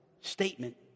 statement